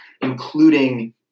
including